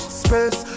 space